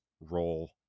role